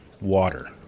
water